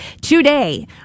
today